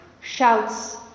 shouts